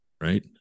right